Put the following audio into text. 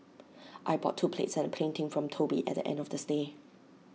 I bought two plates and A painting from Toby at the end of the stay